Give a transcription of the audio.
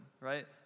right